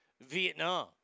Vietnam